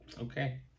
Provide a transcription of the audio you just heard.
Okay